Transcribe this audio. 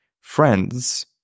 friends